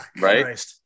Right